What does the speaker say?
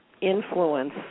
influence